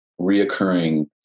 reoccurring